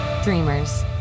Dreamers